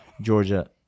Georgia